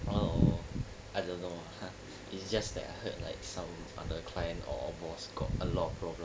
orh I don't know !huh! it's just that I heard like some other client or boss got a lot problem